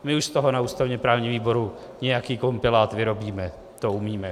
My už z toho na ústavněprávním výboru nějaký kompilát vyrobíme, to umíme.